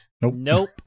Nope